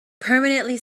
permanently